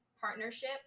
partnership